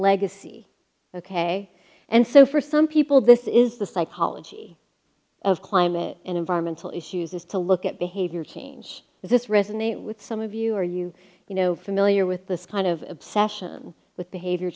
legacy ok and so for some people this is the psychology of climate and environmental issues is to look at behavior change this resonate with some of you are you you know familiar with this kind of obsession with behavior